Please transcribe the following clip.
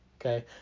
okay